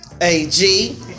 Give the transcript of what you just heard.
AG